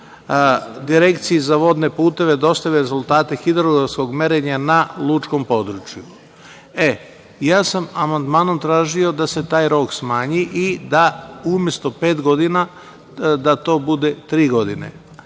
Direkciji za vodne puteve dostavi rezultate hidrografskog merenja na lučkom području. Amandmanom sam tražio da se taj rok smanji i da umesto pet godina to bude tri godine.